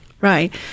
Right